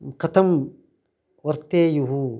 कथं वर्तेयुः